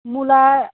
मुला